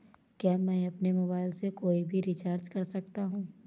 क्या मैं अपने मोबाइल से कोई भी रिचार्ज कर सकता हूँ?